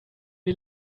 die